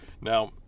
Now